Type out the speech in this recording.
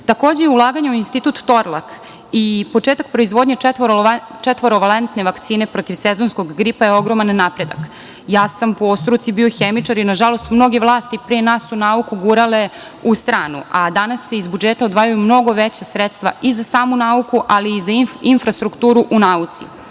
Takođe, ulaganje u Institut „Torlak“ i početak proizvodnje četvorovalentne vakcine protiv sezonskog gripa je ogroman napredak. Ja sam po struci biohemičar i nažalost mnoge vlasti pre nas su nauku gurale u stranu, a danas se iz budžeta odvajaju mnogo veća sredstva i za samu nauku, ali i za infrastrukturu u nauci. Pored